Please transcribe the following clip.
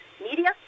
media